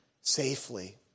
safely